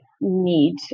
need